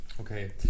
Okay